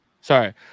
Sorry